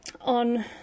on